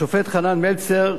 השופט חנן מלצר,